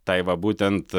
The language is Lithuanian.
tai va būtent